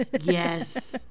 Yes